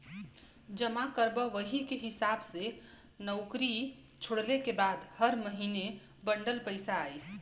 जमा करबा वही के हिसाब से नउकरी छोड़ले के बाद हर महीने बंडल पइसा आई